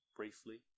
briefly